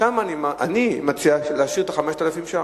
שם אני מציע להשאיר את ה-5,000 שקלים.